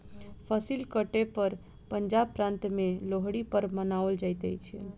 फसिल कटै पर पंजाब प्रान्त में लोहड़ी पर्व मनाओल जाइत अछि